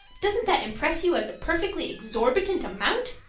doesn't that impress you as a perfectly exorbitant amount?